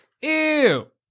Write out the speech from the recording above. Ew